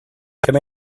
come